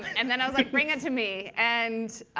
and then i was like, bring it to me. and